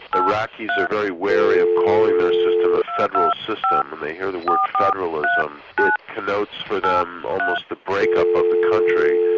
iraqis are very wary of calling their system a federal system. when they hear the word federalism it connotes for them almost the breakup of the country.